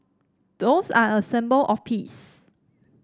doves are a symbol of peace